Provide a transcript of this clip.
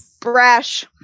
brash